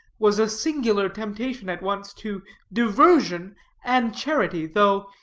was a singular temptation at once to diversion and charity, though,